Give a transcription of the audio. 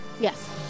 Yes